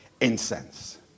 Incense